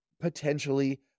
potentially